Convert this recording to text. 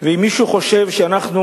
ואם מישהו חושב שאנחנו